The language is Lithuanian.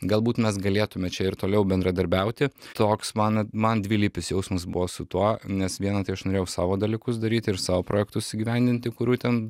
galbūt mes galėtume čia ir toliau bendradarbiauti toks man man dvilypis jausmas buvo su tuo nes viena tai aš norėjau savo dalykus daryti ir savo projektus įgyvendinti kurių ten